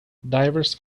divers